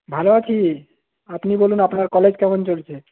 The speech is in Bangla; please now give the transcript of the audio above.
ভালো আছি আপনি বলুন আপনার কলেজ কেমন চলছে